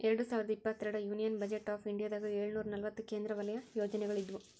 ಎರಡ್ ಸಾವಿರದ ಇಪ್ಪತ್ತೆರಡರ ಯೂನಿಯನ್ ಬಜೆಟ್ ಆಫ್ ಇಂಡಿಯಾದಾಗ ಏಳುನೂರ ನಲವತ್ತ ಕೇಂದ್ರ ವಲಯ ಯೋಜನೆಗಳ ಇದ್ವು